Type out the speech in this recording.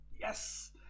Yes